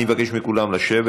אני מבקש מכולם לשבת.